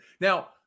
Now